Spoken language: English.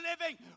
living